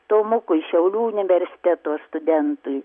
tomukui šiaulių universiteto studentui